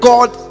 God